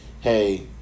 hey